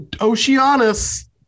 Oceanus